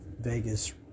Vegas